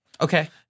Okay